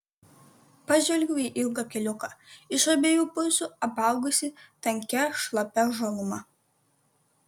pažvelgiau į ilgą keliuką iš abiejų pusių apaugusį tankia šlapia žaluma